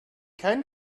kein